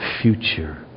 future